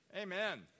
Amen